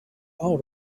out